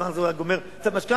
ובזמן הזה הם היו גומרים את המשכנתה.